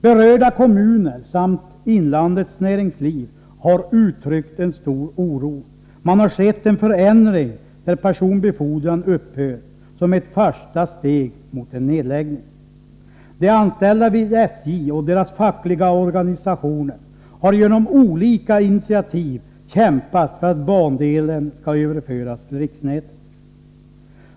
Berörda kommuner och inlandets näringsliv har uttryckt en stor oro; man har sett en förändring där personbefordran upphör som ett första steg mot en nedläggning. De anställda vid SJ och deras fackliga organisationer har genom olika initiativ kämpat för att bandelen skall överföras till riksnätet.